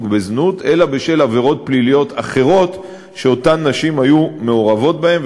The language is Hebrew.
בזנות אלא בשל עבירות פליליות אחרות שאותן נשים היו מעורבות בהן.